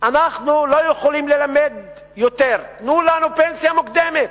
אנחנו לא יכולים ללמד יותר, תנו לנו פנסיה מוקדמת.